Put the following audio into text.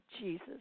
Jesus